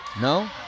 no